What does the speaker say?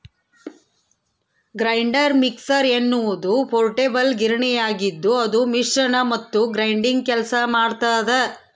grinder mixer ಎನ್ನುವುದು portable ಗಿರಣಿಯಾಗಿದ್ದುಅದು ಮಿಶ್ರಣ ಮತ್ತು ಗ್ರೈಂಡಿಂಗ್ ಕೆಲಸ ಮಾಡ್ತದ